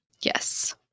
yes